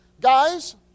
Guys